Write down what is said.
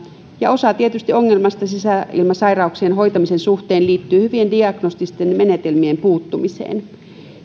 ja tietysti osa ongelmista sisäilmasairauksien hoitamisen suhteen liittyy hyvien diagnostisten menetelmien puuttumiseen